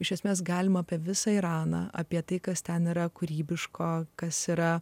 iš esmės galima apie visą iraną apie tai kas ten yra kūrybiško kas yra